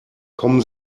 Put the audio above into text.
kommen